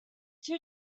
two